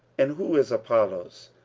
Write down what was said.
and who is apollos,